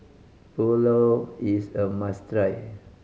pulao is a must try